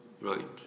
Right